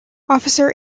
officer